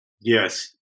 Yes